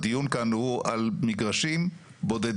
הדיון כאן הוא על מגרשים בודדים,